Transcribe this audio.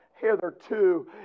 hitherto